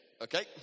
Okay